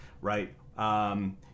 right